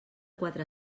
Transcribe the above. quatre